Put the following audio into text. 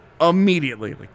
immediately